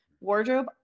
wardrobe